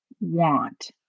want